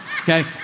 Okay